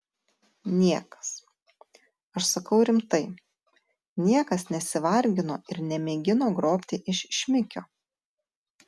niekas aš sakau rimtai niekas nesivargino ir nemėgino grobti iš šmikio